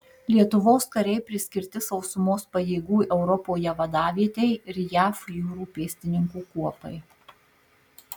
lietuvos kariai priskirti sausumos pajėgų europoje vadavietei ir jav jūrų pėstininkų kuopai